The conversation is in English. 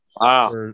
Wow